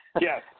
Yes